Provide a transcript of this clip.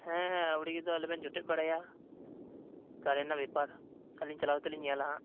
ᱦᱮᱸ ᱦᱮᱸ ᱟᱹᱣᱲᱤ ᱫᱚ ᱟᱞᱚᱵᱮᱱ ᱡᱚᱴᱮᱫ ᱵᱟᱲᱟᱭᱟ ᱠᱟᱨᱮᱱ ᱨᱮᱱᱟᱜ ᱵᱮᱯᱟᱨ ᱟᱹᱞᱤᱧ ᱪᱟᱞᱟᱣ ᱠᱟᱛᱮ ᱞᱤᱧ ᱧᱮᱞᱟ ᱱᱟᱦᱟᱜ